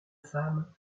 femme